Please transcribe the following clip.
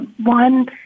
one